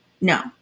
no